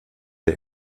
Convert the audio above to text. der